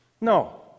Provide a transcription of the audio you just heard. No